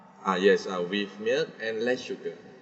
ah yes ah with milk and less sugar